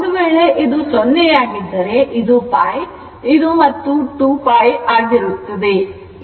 ಒಂದು ವೇಳೆ ಇದು 0 ಯಾಗಿದ್ದರೆ ಇದು ಮತ್ತು ಇದು 2π ಆಗಿರುತ್ತದೆ